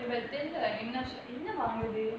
தெரில என்ன என்னவாம் இவளுக்கு:terila enna ennavaam ivalukku